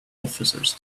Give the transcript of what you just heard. officers